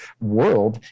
world